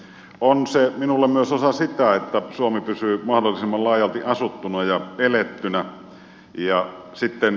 on se minulle myös osa sitä että suomi pysyy mahdollisimman laajalti asuttuna ja elettynä